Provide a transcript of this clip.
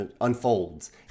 unfolds